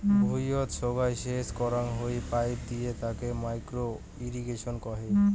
ভুঁইয়ত সোগায় সেচ করাং হই পাইপ দিয়ে তাকে মাইক্রো ইর্রিগেশন কহে